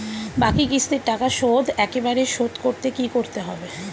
বাকি কিস্তির টাকা শোধ একবারে শোধ করতে কি করতে হবে?